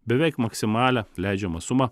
beveik maksimalią leidžiamą sumą